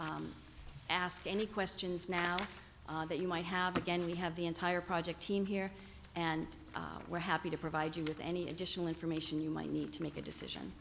ask any questions now that you might have again we have the entire project team here and we're happy to provide you with any additional information you might need to make a decision